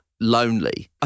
lonely